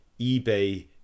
eBay